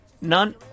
none